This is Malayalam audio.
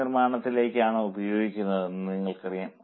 C നിർമ്മിക്കുന്നതിലേക്കായാണു ഉപയോഗിക്കുന്നതെന്ന് നിങ്ങൾക്കറിയാം